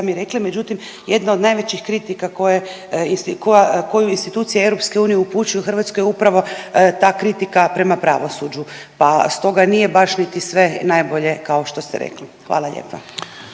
sami rekli, međutim jedna od najvećih kritika koje insti…, koja, koju institucije EU upućuju Hrvatskoj je upravo ta kritika prema pravosuđu, pa stoga nije baš niti sve najbolje kao što ste rekli, hvala lijepa.